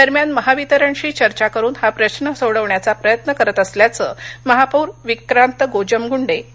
दरम्यान महावितरणशी चर्चा करून हा प्रश्न सोडवण्याचा प्रयत्न करत असल्याचं महापौर विक्रांत गोजमगूंडे यांनी सांगितलं